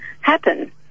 happen